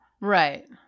right